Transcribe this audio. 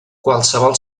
qualsevol